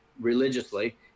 religiously